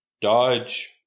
Dodge